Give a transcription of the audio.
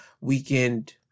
weekend